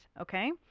okay